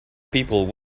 people